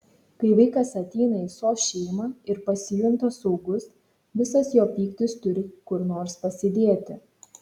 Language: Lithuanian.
kai vaikas ateina į sos šeimą ir pasijunta saugus visas jo pyktis turi kur nors pasidėti